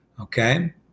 Okay